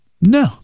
no